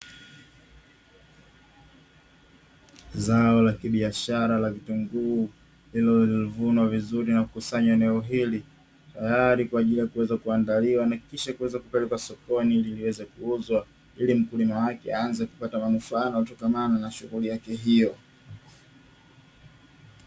Zao la kibiashara la vitunguu, lililovunwa vizuri na kukusanywa eneo hili, tayari kwa ajili ya kuweza kuandaliwa na kisha kuweza kupelekwa sokoni ili liweze kuuzwa, ili mkulima wake aanze kupata manufaa yatokanayo na shughuli yake hiyo.